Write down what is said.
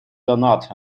doughnut